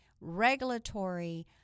regulatory